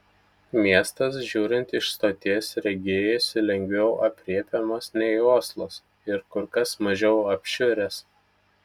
miestas žiūrint iš stoties regėjosi lengviau aprėpiamas nei oslas ir kur kas mažiau apšiuręs